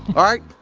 alright,